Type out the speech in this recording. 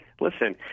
listen